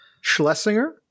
Schlesinger